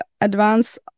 advance